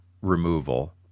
removal